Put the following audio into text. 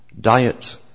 diet